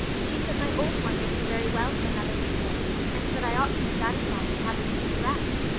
she said my old one would do very well for another winter and that i ought to be satisfied with having a new dress.